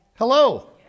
Hello